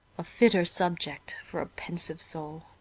a fitter subject for a pensive soul.